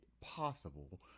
possible